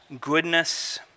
goodness